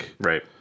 right